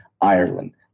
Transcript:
Ireland